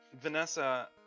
Vanessa